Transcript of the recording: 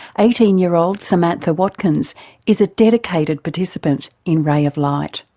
eighteen year old samantha watkins is a dedicated participant in ray of light.